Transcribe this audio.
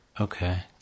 Okay